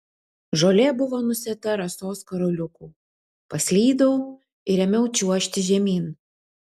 žolė buvo nusėta rasos karoliukų paslydau ir ėmiau čiuožti žemyn